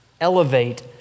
elevate